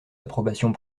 approbations